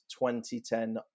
2010